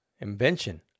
invention